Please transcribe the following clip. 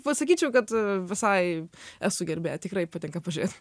pasakyčiau kad visai esu gerbėja tikrai patinka pažėt